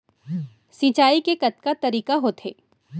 सिंचाई के कतका तरीक़ा होथे?